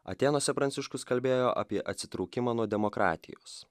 atėnuose pranciškus kalbėjo apie atsitraukimą nuo demokratijos